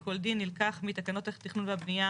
כל דין" נלקח מתקנות התכנון והבנייה,